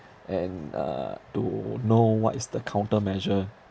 and uh to know what is the countermeasure